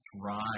dry